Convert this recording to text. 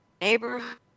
neighborhood